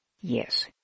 Yes